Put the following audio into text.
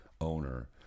owner